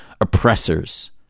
oppressors